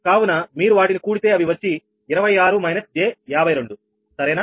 కనుక మీరు వాటిని కూడితే అవి వచ్చి 26 − j 52 సరేనా